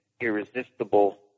irresistible